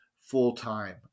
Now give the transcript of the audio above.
full-time